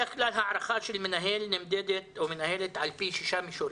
בדרך כלל הערכה של מנהל או מנהלת נמדדת על פי שישה מישורים: